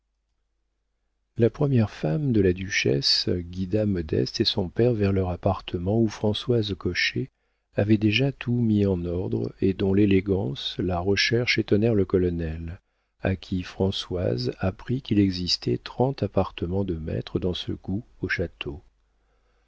la première femme de la duchesse guida modeste et son père vers leur appartement où françoise cochet avait déjà tout mis en ordre et dont l'élégance la recherche étonnèrent le colonel à qui françoise apprit qu'il existait trente appartements de maître dans ce goût au château